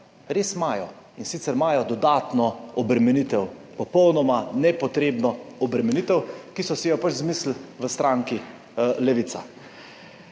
res imajo, in sicer imajo dodatno obremenitev, popolnoma nepotrebno obremenitev, ki so si jo izmislili v stranki Levica.